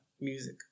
music